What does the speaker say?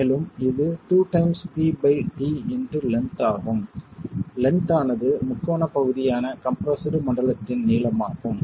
மேலும் இது 2 times P pi t into length ஆகும் லென்த் ஆனது முக்கோணப் பகுதியான கம்ப்ரெஸ்ஸடு மண்டலத்தின்நீளம் ஆகும்